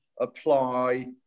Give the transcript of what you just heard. apply